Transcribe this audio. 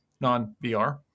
non-VR